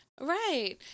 Right